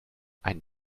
ein